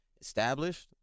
established